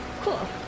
Cool